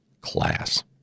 class